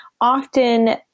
often